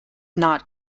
not